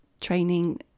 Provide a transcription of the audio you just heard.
training